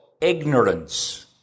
ignorance